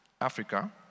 Africa